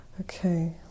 Okay